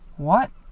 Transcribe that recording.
what,